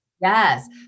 Yes